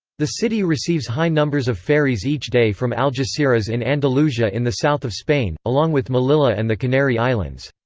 the city receives high numbers of ferries each day from algeciras in andalusia in the south of spain, along with melilla and the canary islands.